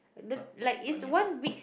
I thought it's Tony-Hawk